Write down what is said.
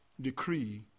decree